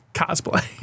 cosplay